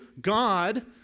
God